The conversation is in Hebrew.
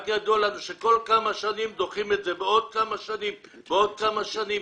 רק ידוע לנו שבכל כמה שנים דוחים את זה בעוד כמה שנים ועוד כמה שנים?